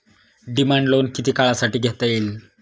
Demand loan किती काळासाठी घेता येईल?